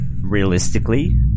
realistically